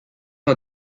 are